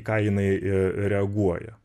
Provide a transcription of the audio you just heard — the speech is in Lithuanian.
ką jinai reaguoja